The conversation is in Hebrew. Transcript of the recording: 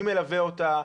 מי מלווה אותה?